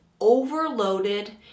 overloaded